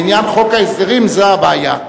בעניין חוק ההסדרים זו הבעיה.